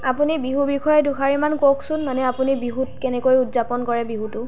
আপুনি বিহু বিষয়ে দুশাৰীমান কওকচোন মানে আপুনি বিহুত কেনেকৈ উদযাপন কৰে বিহুটো